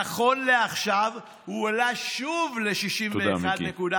נכון לעכשיו הוא עלה שוב ל-61.6%.